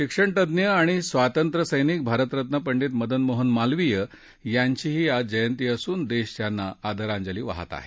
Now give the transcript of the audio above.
शिक्षणतज्ञ आणि स्वातंत्र्यसैनिक भारतरत्न पंडीत मदन मोहन मालविय यांचीही आज जयंती असून देश त्यांना आंदरांजली वाहात आहे